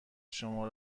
شما